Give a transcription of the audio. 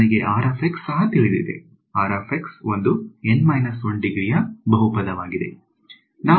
ನನಗೆ ಸಹ ತಿಳಿದಿದೆ ಒಂದುN 1 ಡಿಗ್ರಿ ಯ ಬಹುಪದವಾಗಿದೆ